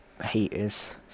haters